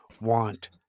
want